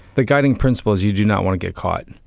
the guiding principle is you do not want to get caught.